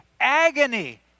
agony